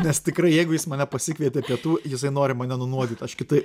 nes tikrai jeigu jis mane pasikvietė pietų jisai nori mane nunuodyt aš kitaip